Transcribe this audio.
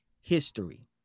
history